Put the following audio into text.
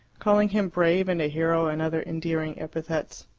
calling him brave and a hero and other endearing epithets.